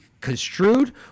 construed